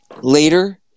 later